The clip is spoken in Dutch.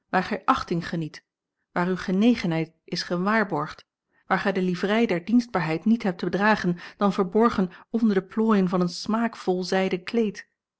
achting geniet waar u genegenheid is gewaarborgd waar gij de livrei der dienstbaarheid niet hebt te dragen dan verborgen onder de plooien van een smaakvol zijden kleed